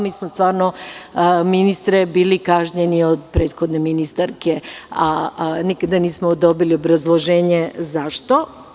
Mi smo stvarno, ministre, bili kažnjeni od prethodne ministarke, a nikada nismo dobili obrazloženje zašto.